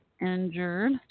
injured